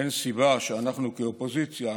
אין סיבה שאנחנו כאופוזיציה